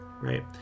right